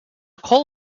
coal